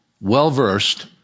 well-versed